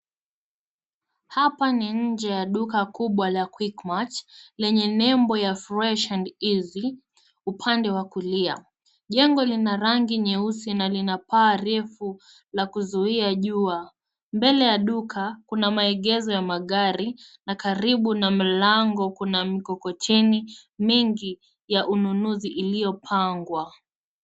Hapa ni nje ya duka kubwa la QUIKMART lenye nembo ya Fresh and Easy upande wa kulia, jengo lina rangi nyeusi na lina paa refu la kuzuia jua . Mbele ya duka kuna maegezo ya magari na karibu ya mlango kuna mikokoteni mingi ya ununuzi iliyo pangwa.